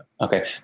Okay